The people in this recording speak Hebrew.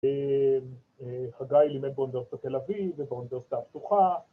‫שחגי לימד באוניברסיטת בתל אביב ‫ובאוניברסיטה בהפתוחה.